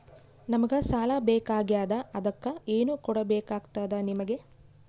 ನಮಗ ಸಾಲ ಬೇಕಾಗ್ಯದ ಅದಕ್ಕ ಏನು ಕೊಡಬೇಕಾಗ್ತದ ನಿಮಗೆ?